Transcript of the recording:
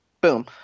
boom